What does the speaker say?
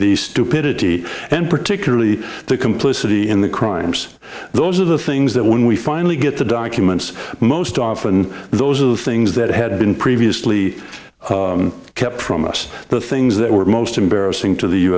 the stupidity and particularly the complicity in the crimes those are the things that when we finally get the documents most often those are the things that had been previously kept from us the things that were most embarrassing to the u